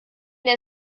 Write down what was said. der